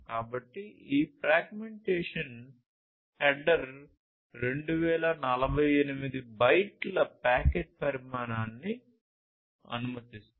కాబట్టి ఈ fragmentation header 2048 బైట్ల ప్యాకెట్ పరిమాణాన్ని అనుమతిస్తుంది